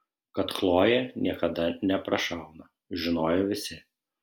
kad chlojė niekada neprašauna žinojo visi